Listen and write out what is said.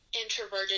introverted